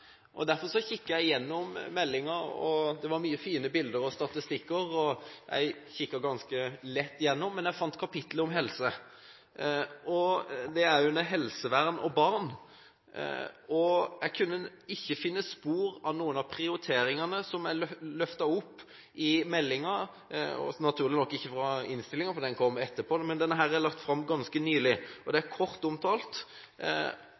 og derfor kikket jeg gjennom meldingen. Det var mange fine bilder og statistikker der. Jeg kikket ganske fort gjennom den, men jeg fant kapitlet om helse, under overskriften «Helsevesen og barn». Jeg kunne ikke finne spor av noen av prioriteringene som er løftet opp i meldingen – og som naturlig nok ikke var med i innstillingen, for den kom etterpå – men meldingen er lagt fram ganske nylig. Det er en kort omtale, og